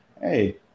hey